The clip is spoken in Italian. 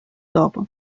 dopo